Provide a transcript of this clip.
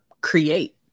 create